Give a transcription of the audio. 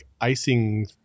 icing